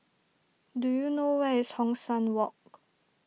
do you know where is Hong San Walk